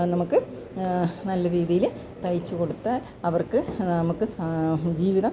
നമുക്ക് നല്ല രീതിയിൽ തയ്ച്ച് കൊടുത്താൽ അവർക്ക് നമുക്ക് ജീവിതം